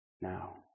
now